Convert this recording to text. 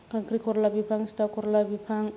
खांख्रिखला बिफां तिता केर'ला बिफां